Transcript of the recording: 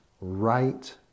right